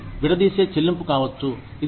ఇది విడదీసే చెల్లింపు కావచ్చు